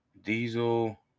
Diesel